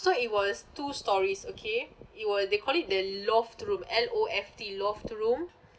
so it was two stories okay you were they called it the loft room L_O_F_T loft room